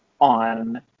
on